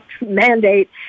mandate